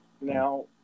Now